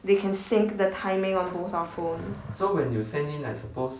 they can sync the timing on both our phones